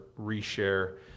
reshare